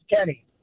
Kenny